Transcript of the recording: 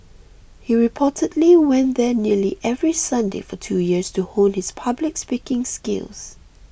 he reportedly went there nearly every Sunday for two years to hone his public speaking skills